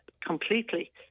completely